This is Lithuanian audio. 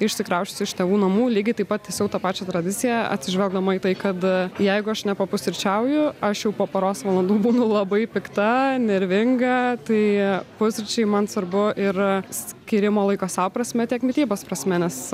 išsikrausčius iš tėvų namų lygiai taip pat tęsiau tą pačią tradiciją atsižvelgdama į tai kad jeigu aš nepapusryčiauju aš jau po poros valandų būnu labai pikta nervinga tai pusryčiai man svarbu ir skirimo laiko sau prasme tiek mitybos prasme nes